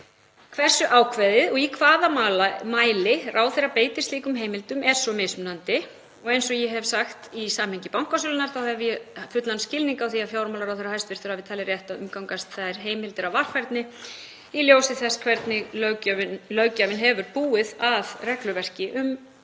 Hversu ákveðið og í hvaða mæli ráðherra beitir slíkum heimildum er svo mismunandi. Eins og ég hef sagt í samhengi bankasölunnar þá hef ég fullan skilning á því að hæstv. fjármálaráðherra hafi talið rétt að umgangast þær heimildir af varfærni í ljósi þess hvernig löggjafinn hefur búið að regluverki um